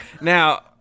Now